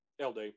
LD